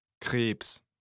Krebs